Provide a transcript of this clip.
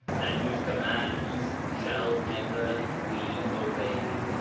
and whose commands shall ever be obeyed.